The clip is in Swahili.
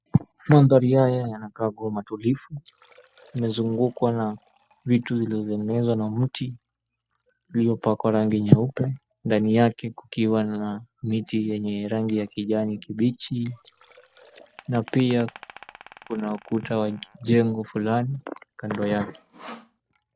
Mandhari haya yanakaa kuwa matulivu imezungukwa na vitu vilivyoenezwa na mti uliopakwa rangi nyeupe, ndani yake kukiwa na miti yenye rangi ya kijani kibichi na pia kuna ukuta wa jengo fulani kando yake.